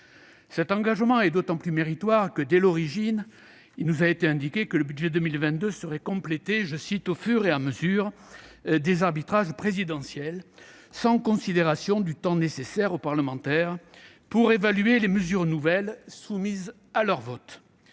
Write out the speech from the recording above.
Cet engagement est d'autant plus méritoire que, dès l'origine, il nous a été indiqué que le budget 2022 serait complété « au fur et à mesure » des arbitrages présidentiels sans considération du temps nécessaire aux parlementaires pour évaluer les mesures nouvelles soumises à leur vote.